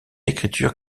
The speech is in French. écriture